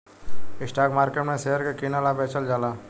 stock market में share के कीनल आ बेचल जाला